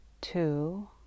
Two